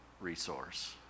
resource